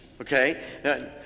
okay